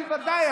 אני בוודאי,